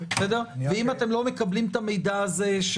ואם אתם לא מקבלים את המידע הזה,